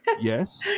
Yes